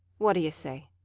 what d'you say?